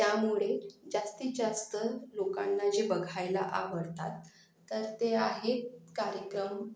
त्यामुळे जास्तीत जास्त लोकांना जे बघायला आवडतात तर ते आहे कार्यक्रम